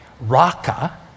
Raka